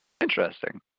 Interesting